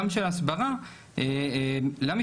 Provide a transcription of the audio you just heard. גם של הסברה למשטרה,